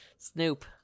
Snoop